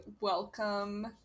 welcome